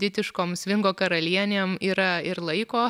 ditiškom svingo karalienėm yra ir laiko